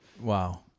Wow